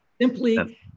simply